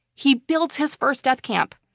he built his first death camp.